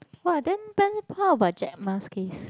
!wah! then then how about Jack-Ma's case